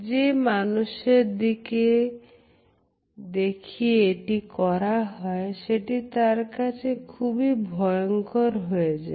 যে মানুষের দিকে দেখি এটি করা হয় সেটি তাঁর কাছে খুবই ভয়ঙ্কর হয়ে যায়